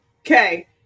Okay